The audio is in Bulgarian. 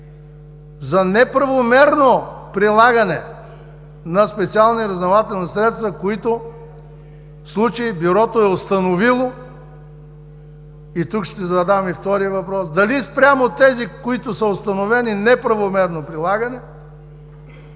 за неправомерно прилагане на специални разузнавателни средства, които случаи Бюрото е установило. Тук ще задам и втория въпрос: дали спрямо тези, които са установени неправомерно прилагани,